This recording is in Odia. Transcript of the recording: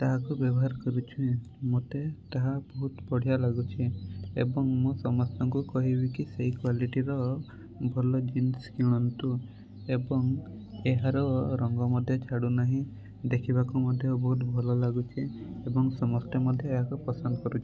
ତାହାକୁ ବ୍ୟବହାର କରୁଛି ମୋତେ ତାହା ବହୁତ ବଢ଼ିଆ ଲାଗୁଛି ଏବଂ ମୁଁ ସମସ୍ତଙ୍କୁ କହିବିକି ସେଇ କ୍ୱାଲିଟିର ଭଲ ଜିନ୍ସ୍ କିଣନ୍ତୁ ଏବଂ ଏହାର ରଙ୍ଗ ମଧ୍ୟ ଛାଡ଼ୁନାହିଁ ଦେଖିବାକୁ ମଧ୍ୟ ବହୁତ ଭଲ ଲାଗୁଛି ଏବଂ ସମସ୍ତେ ମଧ୍ୟ ଏହାକୁ ପସନ୍ଦ କରୁଛନ୍ତି